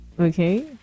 okay